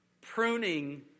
Pruning